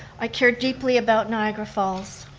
i care deeply about niagara falls.